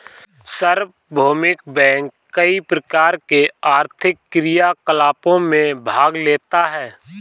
सार्वभौमिक बैंक कई प्रकार के आर्थिक क्रियाकलापों में भाग लेता है